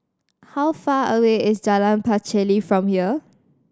how far away is Jalan Pacheli from here